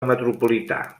metropolità